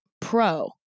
pro